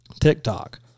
TikTok